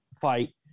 fight